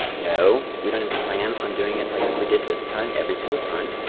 no, we don't plan on doing it like we did this time every single time.